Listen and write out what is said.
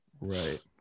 right